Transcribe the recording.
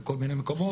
בכל מיני מקומות.